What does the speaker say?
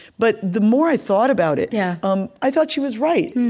but the more i thought about it, yeah um i thought she was right.